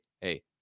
hey